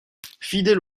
fidèle